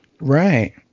Right